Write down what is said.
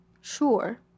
sure